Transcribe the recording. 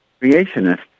creationists